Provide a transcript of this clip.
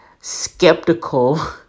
skeptical